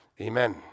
Amen